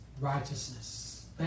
righteousness